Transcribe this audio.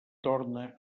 torna